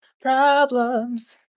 Problems